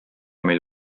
meil